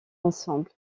ensemble